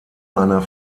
einer